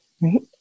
right